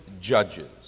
judges